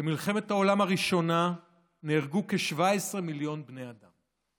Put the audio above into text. במלחמת העולם הראשונה נהרגו כ-17 מיליון בני אדם.